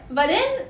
but then